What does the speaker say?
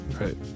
right